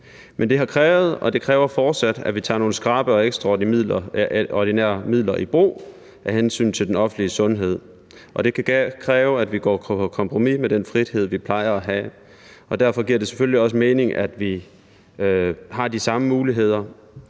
Men det har krævet, og det kræver fortsat, at vi tager nogle skrappe og ekstraordinære midler i brug af hensyn til den offentlige sundhed, og det kan kræve, at vi går på kompromis med den frihed, vi plejer at have. Derfor giver det selvfølgelig også mening, at vi har de samme muligheder